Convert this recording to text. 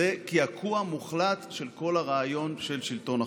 זה קעקוע מוחלט של כל הרעיון של שלטון החוק.